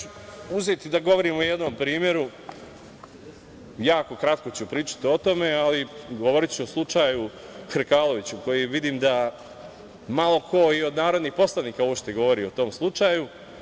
Uzeću da govorim o jednom primeru, jako kratko ću pričati o tome, ali govoriću o slučaju Hrkalović, koji vidim da malo ko uopšte i od poslanika govori o tom slučaju.